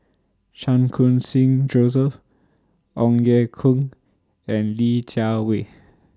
Chan Khun Sing Joseph Ong Ye Kung and Li Jiawei